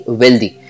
wealthy